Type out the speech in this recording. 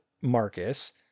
Marcus